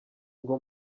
ngo